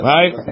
Right